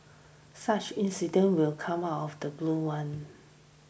such incident will come out of the blue one